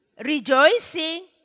Rejoicing